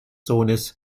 sohnes